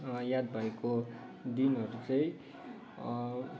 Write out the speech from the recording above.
याद भएको दिनहरू चाहिँ